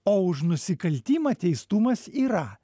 o už nusikaltimą teistumas yra